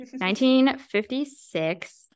1956